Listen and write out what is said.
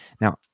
Now